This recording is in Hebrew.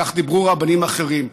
כך דיברו רבנים אחרים.